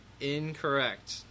incorrect